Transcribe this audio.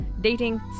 Dating